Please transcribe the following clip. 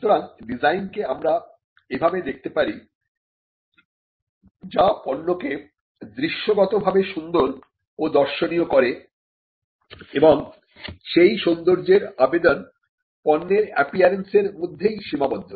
সুতরাং ডিজাইনকে আমরা এভাবে দেখতে পারি যা পণ্যকে দৃশ্যগত ভাবে সুন্দর ও দর্শনীয় করে এবং সেই সৌন্দর্যের আবেদন পণ্যের অ্যাপিয়ারেন্স এর মধ্যেই সীমাবদ্ধ